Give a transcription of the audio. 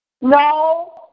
No